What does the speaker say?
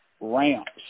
ramps